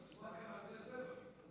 קשור לנושא הבריאות.